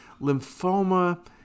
Lymphoma